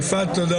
הישיבה ננעלה